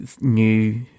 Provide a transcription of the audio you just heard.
new